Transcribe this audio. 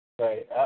Right